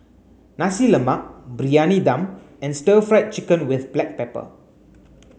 Nasi Lemak Briyani Dum and stir fried chicken with black pepper